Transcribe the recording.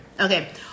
Okay